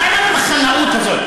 מה המחנאות הזאת?